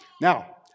Now